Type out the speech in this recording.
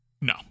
No